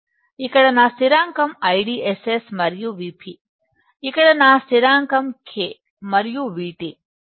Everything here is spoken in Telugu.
ఇక్కడ నా స్థిరాంకం IDSS మరియు Vp ఇక్కడ నా స్థిరాంకం K మరియు VT